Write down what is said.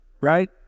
right